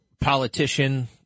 politician